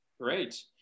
Great